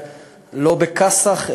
לא בכאסח,